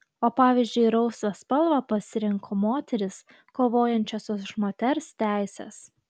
o pavyzdžiui rausvą spalvą pasirinko moterys kovojančios už moters teises